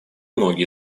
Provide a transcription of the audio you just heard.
многие